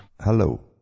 hello